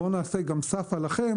בואו נעשה גם SAFA לכם